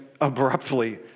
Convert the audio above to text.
abruptly